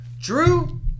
Drew